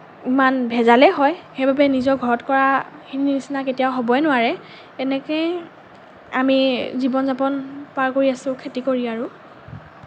ইমান ভেজালে হয় সেইবাবে নিজৰ ঘৰত কৰাখিনিৰ নিচিনা কেতিয়াও হ'বই নোৱাৰে তেনেকেই আমি জীৱন যাপন পাৰ কৰি আছোঁ খেতি কৰি আৰু